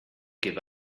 give